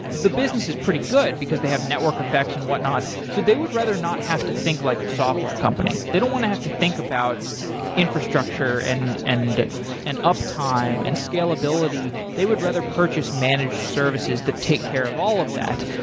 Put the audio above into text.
the business is pretty good because they have network effects and whatnot, so they would rather not have to think like a software company. they don't want to have to think about infrastructure and and and uptime and scalability. they would rather purchase managed services that take care of all of that.